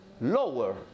lower